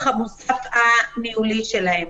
המוסף הניהולי שלהם.